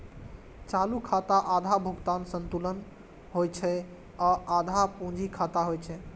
चालू खाता आधा भुगतान संतुलन होइ छै आ आधा पूंजी खाता होइ छै